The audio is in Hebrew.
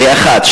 זה, אחד.